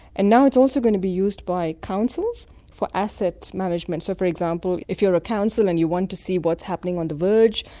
and now it's also going to be used by councils for asset management. so, for example, if you're a council and you want to see what's happening on the verge,